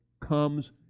comes